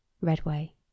Redway